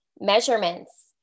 measurements